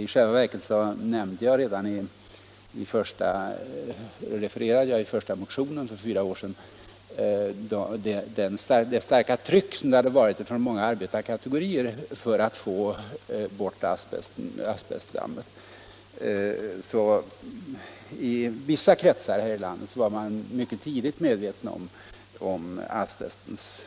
I själva verket refererade jag i den första motionen för fyra år sedan det starka trycket från många arbetarkategorier för att få bort asbestdammet. I vissa kretsar här i landet var man mycket tidigt medveten om asbestens